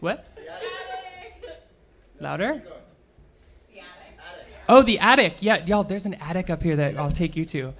what louder oh the addict yeah there's an addict up here that i'll take you to